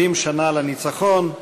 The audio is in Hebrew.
70 שנה לניצחון.